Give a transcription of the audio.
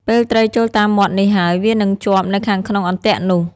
ពេលត្រីចូលតាមមាត់នេះហើយ វានឹងជាប់នៅខាងក្នុងអន្ទាក់នោះ។